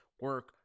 Work